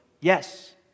yes